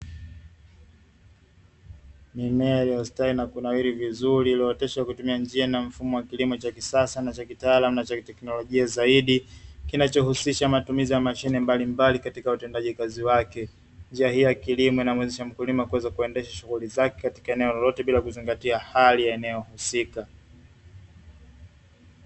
Mimea iliyostawi na kunawiri vizuri, iliyooteshwa kwa kutumia njia na mfumo wa kilimo cha kisasa, na chakitaalamu na chakiteknolojia zaidi, kinachohusisha matumizi ya mashine mbalimbali katika utendaji kazi wake. Njia hii ya kilimo inamuwezesha mkulima kuweza kuendesha shughuli zake katika eneo lolote, bila kuzingatia hali ya eneo husika.